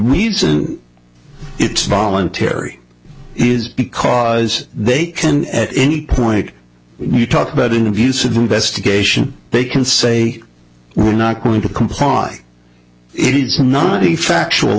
reason it's momentary is because they can at any point when you talk about an abusive investigation they can say we're not going to comply it is not a factual